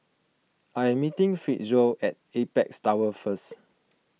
I am meeting Fitzhugh at Apex Tower first